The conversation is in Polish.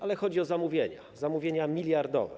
Ale chodzi o zamówienia, zamówienia miliardowe.